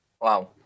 Wow